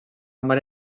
mare